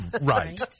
Right